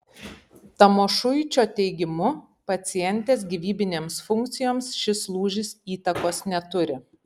tamošuičio teigimu pacientės gyvybinėms funkcijoms šis lūžis įtakos neturi